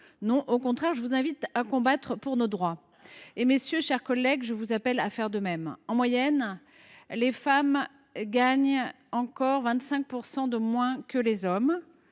vous. Au contraire, je vous invite à combattre pour nos droits. Et vous, messieurs, chers collègues, je vous appelle à faire de même. Les femmes gagnent en moyenne encore 25 % de moins que les hommes.